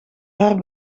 haar